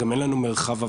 גם אין לנו מרחב עבודה.